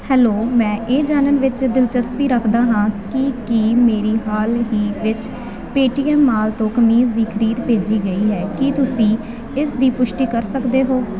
hello ਮੈਂ ਇਹ ਜਾਣਨ ਵਿੱਚ ਦਿਲਚਸਪੀ ਰੱਖਦਾ ਹਾਂ ਕਿ ਕੀ ਮੇਰੀ ਹਾਲ ਹੀ ਵਿੱਚ ਪੇਟੀਐਮ ਮਾਲ ਤੋਂ ਕਮੀਜ਼ ਦੀ ਖਰੀਦ ਭੇਜੀ ਗਈ ਹੈ ਕੀ ਤੁਸੀਂ ਇਸ ਦੀ ਪੁਸ਼ਟੀ ਕਰ ਸਕਦੇ ਹੋ